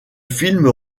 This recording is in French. film